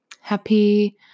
happy